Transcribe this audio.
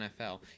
nfl